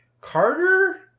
Carter